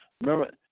Remember